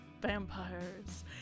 vampires